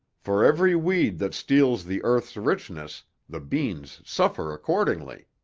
for every weed that steals the earth's richness, the beans suffer accordingly.